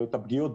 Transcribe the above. חלקם מגויסי חוץ